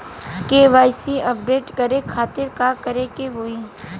KYC update करे के खातिर का करे के होई?